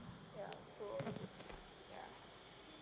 ya so ya